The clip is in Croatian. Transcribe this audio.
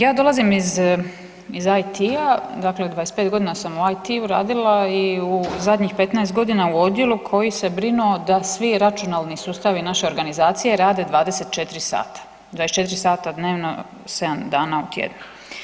Ja dolazim iz IT-a, dakle 25 godina sam u IT-u radila i u zadnjih 15 godina u odjelu koji se brinuo da svi računalni sustavi naše organizacije rade 24 sata, 24 sata dnevno 7 dana u tjednu.